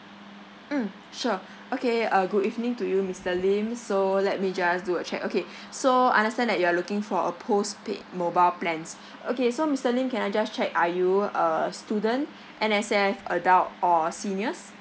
mm sure okay uh good evening to you mister lim so let me just do a check okay so understand that you're looking for a postpaid mobile plans okay so mister lim can I just check are you a student N_S_F adult or seniors